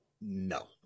No